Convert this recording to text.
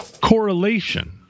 correlation